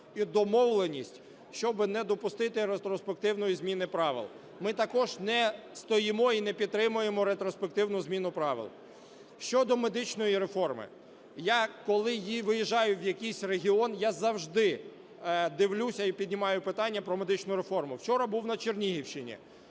і домовленість, щоб не допустити ретроспективної зміни правил. Ми також не стоїмо і не підтримуємо ретроспективну зміну правил. Щодо медичної реформи. Я, коли виїжджаю в якийсь регіон, я завжди дивлюся і піднімаю питання про медичну реформу. Вчора був на Чернігівщині,